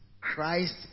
Christ